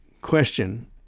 question